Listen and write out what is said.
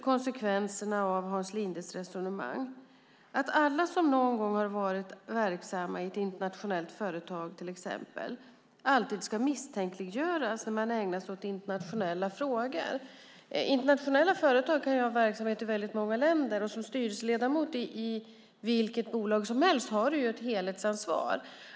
Konsekvenserna av Hans Lindes resonemang blir att alla som någon gång har varit verksamma i till exempel ett internationellt företag ska misstänkliggöras när de ägnar sig åt internationella frågor. Internationella företag kan ha verksamhet i många länder och som styrelseledamot i vilket bolag som helst har man ett helhetsansvar.